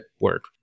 work